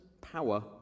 power